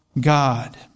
God